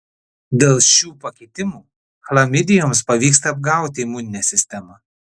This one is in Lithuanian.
dėl šių pakitimų chlamidijoms pavyksta apgauti imuninę sistemą